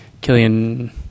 killian